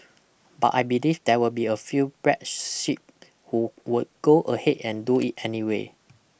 but I believe there will be a few black sheep who would go ahead and do it anyway